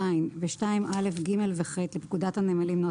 ו-(יז) ו-(2)(א), (ג) ו-(ח) לפקודת הנמלים ,